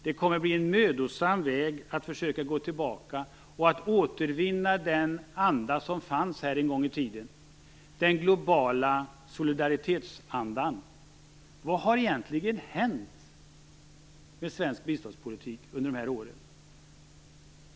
Det kommer att bli en mödosam väg att försöka gå tillbaka för att återvinna den anda som fanns här en gång i tiden, den globala solidaritetsandan. Vad har egentligen hänt med svensk biståndspolitik under de här åren?